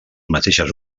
mateixes